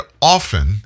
often